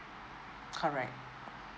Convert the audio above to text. correct